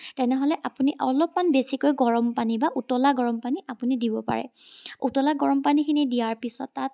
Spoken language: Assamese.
তেনেহ'লে আপুনি অলপমান বেছিকৈ গৰম পানী বা উতলা গৰম পানী আপুনি দিব পাৰে উতলা গৰম পানীখিনি দিয়াৰ পিছত তাত